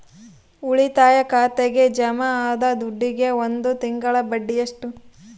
ಉಳಿತಾಯ ಖಾತೆಗೆ ಜಮಾ ಆದ ದುಡ್ಡಿಗೆ ಒಂದು ತಿಂಗಳ ಬಡ್ಡಿ ಎಷ್ಟು?